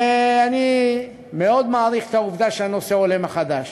אני מאוד מעריך את העובדה שהנושא עולה מחדש.